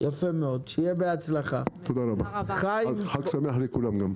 תודה רבה, חג שמח לכולם.